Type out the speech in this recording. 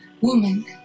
woman